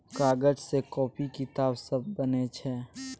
कागज सँ कांपी किताब सब बनै छै